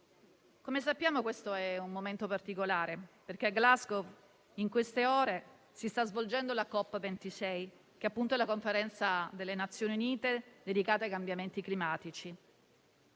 come sappiamo, questo è un momento particolare: a Glasgow in queste ore si sta svolgendo la COP26, la Conferenza delle Nazioni Unite dedicata ai cambiamenti climatici;